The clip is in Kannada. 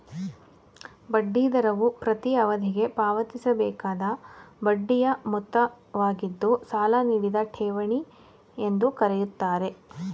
ಬಡ್ಡಿ ದರವು ಪ್ರತೀ ಅವಧಿಗೆ ಪಾವತಿಸಬೇಕಾದ ಬಡ್ಡಿಯ ಮೊತ್ತವಾಗಿದ್ದು ಸಾಲ ನೀಡಿದ ಠೇವಣಿ ಎಂದು ಕರೆಯುತ್ತಾರೆ